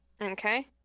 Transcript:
Okay